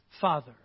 Father